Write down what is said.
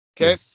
Okay